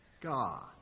God